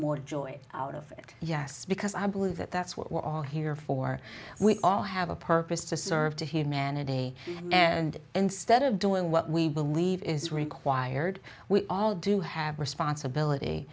more joy out of it yes because i believe that that's what we're all here for we all have a purpose to serve to humanity and instead of doing what we believe is required we all do have responsibility